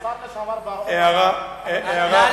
השר לשעבר בר-און אמר שהממשל,